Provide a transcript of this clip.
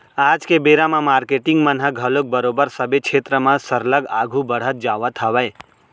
आज के बेरा म मारकेटिंग मन ह घलोक बरोबर सबे छेत्र म सरलग आघू बड़हत जावत हावय